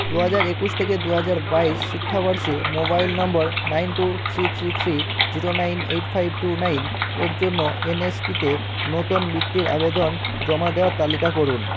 দু হাজার একুশ থেকে দু হাজার বাইশ শিক্ষাবর্ষে mobile number nine two three three three zero nine eight five two nine এর জন্য এন এস পি তে নতুন বৃত্তির আবেদন জমা দেওয়ার তালিকা করুন